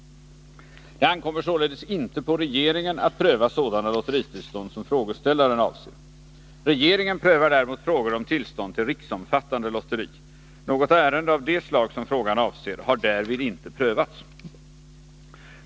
Det ankommer således inte på regeringen att pröva sådana lotteritillstånd som frågeställaren avser. Regeringen prövar däremot frågor om tillstånd till riksomfattande lotteri. Något ärende av det slag som frågan avser har därvid inte prövats.